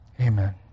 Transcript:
Amen